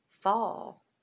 fall